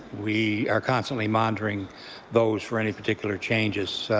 we are constantly monitoring those for any particular changes.